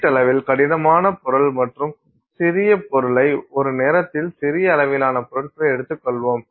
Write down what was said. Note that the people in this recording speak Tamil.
ஒப்பீட்டளவில் கடினமான பொருள் மற்றும் சிறிய பொருளை ஒரு நேரத்தில் சிறிய அளவிலான பொருட்களை எடுத்துக்கொள்வோம்